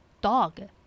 dog